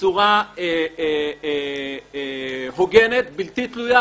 בצורה הוגנת, בלתי תלויה.